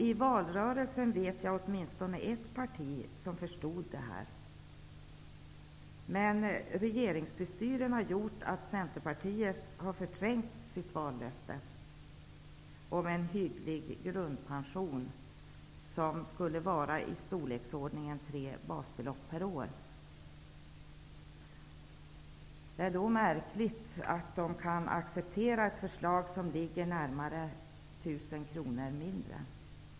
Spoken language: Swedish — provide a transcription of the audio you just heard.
Jag vet åtminstone ett parti som förstod detta i valrörelsen, men regeringsbestyren har gjort att Centerpartiet har förträngt sitt vallöfte om en hygglig grundpension som skulle vara i storleksordningen tre basbelopp per år. Det är märkligt att de kan acceptera ett förslag som ligger närmare 1 000 kr mindre per månad.